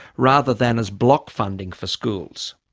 rather than as bloc funding for schools.